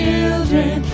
children